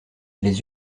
les